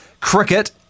Cricket